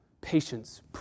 patience